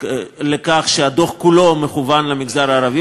לכך שהדוח כולו מכוון למגזר הערבי,